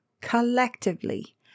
Collectively